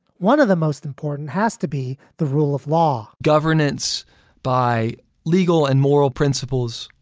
one of the most important has to be the rule of law governance by legal and moral principles,